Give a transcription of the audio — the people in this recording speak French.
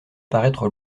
paraître